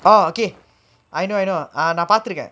oh okay I know I know நா பாத்துருக்க:naa paathurukkae